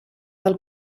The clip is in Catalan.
del